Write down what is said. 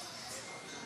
אותם